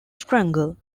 strangle